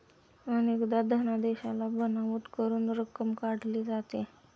अनेकदा धनादेशाला बनावट करून रक्कम काढली जाते